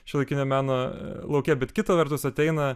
šiuolaikinio meno lauke bet kita vertus ateina